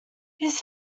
his